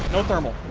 no thermal.